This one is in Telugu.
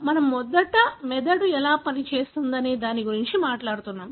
మనము మెదడు ఎలా పనిచేస్తుందనే దాని గురించి మాట్లాడుతున్నాం